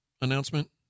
announcement